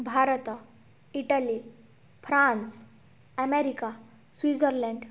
Bharat Italy France America Switzerland